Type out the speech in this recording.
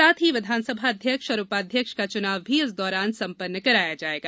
साथ ही विधानसभा अध्यक्ष और उपाध्यक्ष का चुनाव भी इस दौरान सम्पन्न कराया जाएगा